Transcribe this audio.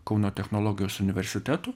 kauno technologijos universitetu